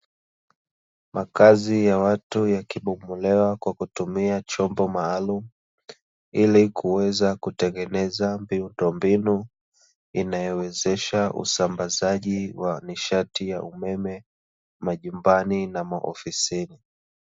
Makazi ya watu yakibomolewa kwa kutumia chombo maalumu, ili kuweza kutengeneza miundombinu, inayowezesha usambazaji wa nishati ya umeme majumbani na maofisini.